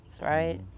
right